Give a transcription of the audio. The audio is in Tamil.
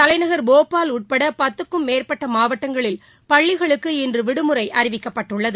தலைநகர் போபால் உட்பட பத்துக்கும் மேற்பட்ட மாவட்டங்களில் பள்ளிகளுக்கு இன்று விடுமுறை அறிவிக்கப்பட்டுள்ளது